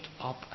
up